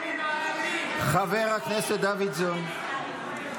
חבר הכנסת דוידסון.